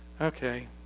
okay